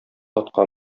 атка